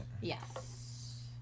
Yes